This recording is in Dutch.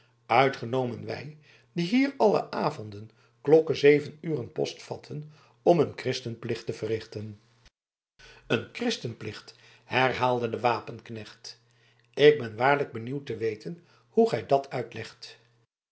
uitgenomen wij die hier alle avonden klokke zeven uren post vatten om een christenplicht te verrichten een christenplicht herhaalde de wapenknecht ik ben waarlijk benieuwd te weten hoe gij dat uitlegt